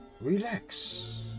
relax